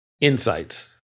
insights